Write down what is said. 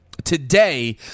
Today